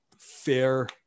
Fair